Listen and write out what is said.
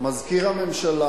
מזכיר הממשלה